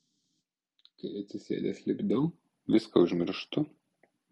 kai atsisėdęs lipdau viską užmirštu